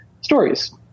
stories